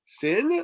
sin